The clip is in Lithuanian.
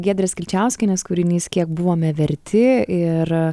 giedrės kilčiauskienės kūrinys kiek buvome verti ir